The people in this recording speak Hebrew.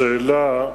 לשאלה,